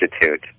Institute